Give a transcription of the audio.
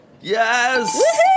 Yes